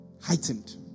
Heightened